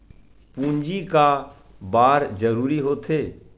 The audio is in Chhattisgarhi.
पूंजी का बार जरूरी हो थे?